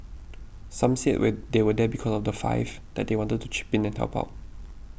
some said were they were there because of the five that they wanted to chip in and help out